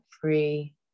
free